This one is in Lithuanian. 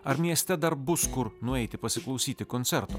ar mieste dar bus kur nueiti pasiklausyti koncerto